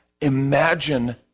Imagine